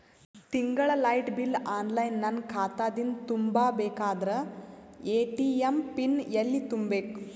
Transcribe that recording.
ತಿಂಗಳ light bill online ನನ್ನ ಖಾತಾ ದಿಂದ ತುಂಬಾ ಬೇಕಾದರ ಎ.ಟಿ.ಎಂ ಪಿನ್ ಎಲ್ಲಿ ತುಂಬೇಕ?